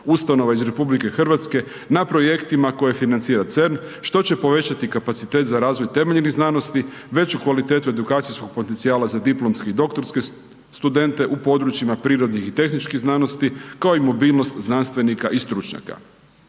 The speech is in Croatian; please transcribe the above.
ustanova iz RH na projektima koje financira CERN što će povećati kapacitet za razvoj temeljenih znanosti, veću kvalitetu edukacijskog potencijala za diplomske i doktorske studente u područjima prirodnih i tehničkih znanosti kao i mobilnost znanstvenika i stručnjaka.